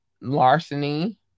larceny